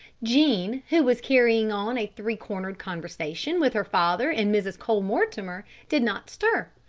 jean, who was carrying on a three-cornered conversation with her father and mrs. cole-mortimer, did not stir,